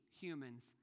humans